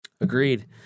Agreed